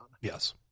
Yes